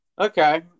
Okay